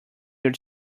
your